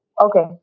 Okay